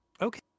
Okay